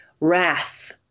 wrath